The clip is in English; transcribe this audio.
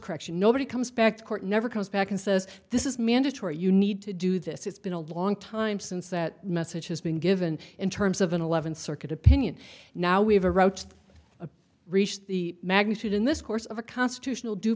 correction nobody comes back to court never comes back and says this is mandatory you need to do this it's been a long time since that message has been given in terms of an eleventh circuit opinion now we've approached reached the magnitude in this course of a constitutional due